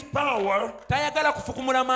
power